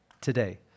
today